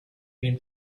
been